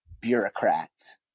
bureaucrats